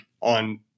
on